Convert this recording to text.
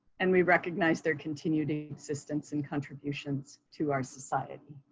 and we recognize their continued existence and contributions to our society.